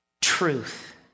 truth